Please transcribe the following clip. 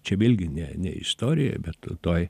čia vėlgi ne ne istorijoj bet toj